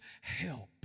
help